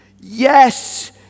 Yes